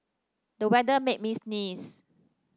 the weather made me sneeze